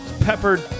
peppered